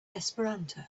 esperanto